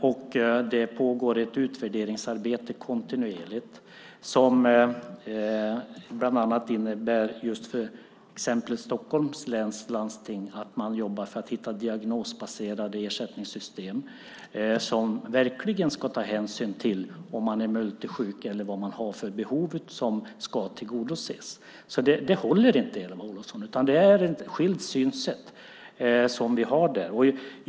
Det pågår också kontinuerligt ett utvärderingsarbete som bland annat, just för exemplet Stockholms läns landsting, innebär att man jobbar för att hitta diagnosbaserade ersättningssystem som verkligen ska ta hänsyn till om man är multisjuk eller vad man har för behov som ska tillgodoses. Det håller alltså inte, Eva Olofsson. Vi har skilda synsätt här.